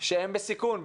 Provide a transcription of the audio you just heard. שהם בסיכון,